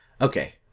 okay